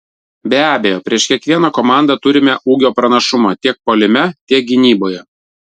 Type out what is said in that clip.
be abejo prieš kiekvieną komandą turime ūgio pranašumą tiek puolime tiek gynyboje